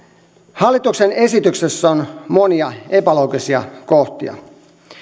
hallituksen esityksessä on monia epäloogisia kohtia